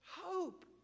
hope